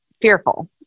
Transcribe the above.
fearful